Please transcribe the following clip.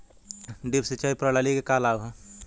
Drip सिंचाई प्रणाली के का लाभ ह?